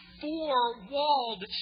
four-walled